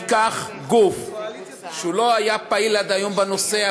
שניקח גוף שלא היה פעיל עד היום בנושא,